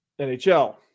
NHL